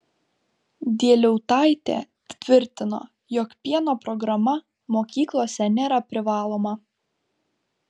dieliautaitė tvirtino jog pieno programa mokyklose nėra privaloma